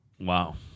Wow